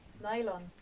nylon